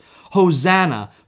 Hosanna